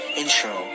intro